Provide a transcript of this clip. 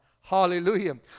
Hallelujah